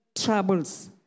troubles